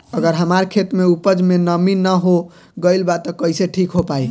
अगर हमार खेत में उपज में नमी न हो गइल बा त कइसे ठीक हो पाई?